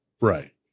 Right